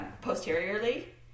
posteriorly